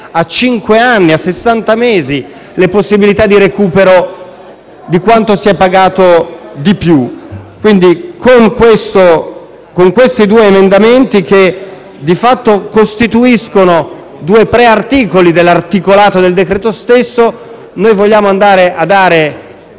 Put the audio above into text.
a cinque anni, a sessanta mesi le possibilità di recupero di quanto si è pagato di più. Con questi due emendamenti, che di fatto costituiscono due pre-articoli dell'articolato del decreto stesso, vogliamo dare una